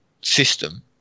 system